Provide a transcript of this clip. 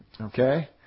okay